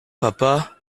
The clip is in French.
papa